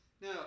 Now